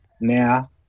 now